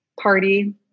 party